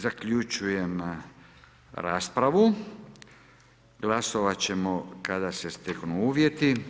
Zaključujem raspravu, glasovat ćemo kada se steknu uvjeti.